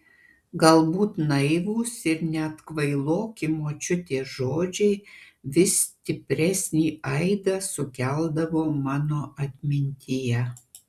galbūt naivūs ir net kvailoki močiutės žodžiai vis stipresnį aidą sukeldavo mano atmintyje